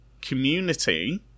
community